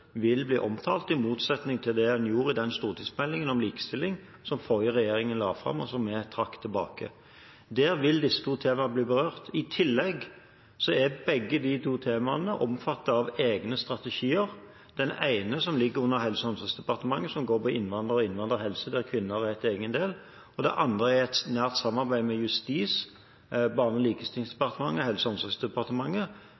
vil bli omtalt, i motsetning til det en gjorde i den stortingsmeldingen om likestilling som den forrige regjeringen la fram, og som vi trakk tilbake. Der vil disse to temaene bli berørt. I tillegg er begge temaene omfattet av egne strategier: Den ene ligger under Helse- og omsorgsdepartementet og handler om innvandrere og innvandrerhelse, der kvinner er en egen del. Det andre er et nært samarbeid mellom Justis- og beredskapsdepartementet, Barne-, likestillings- og inkluderingsdepartementet og Helse- og omsorgsdepartementet,